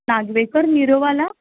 Nagvenkar निरोवाला